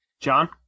John